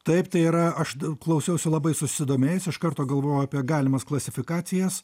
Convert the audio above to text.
taip tai yra aš daug klausiausi labai susidomėjęs iš karto galvojau apie galimas klasifikacijas